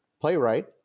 playwright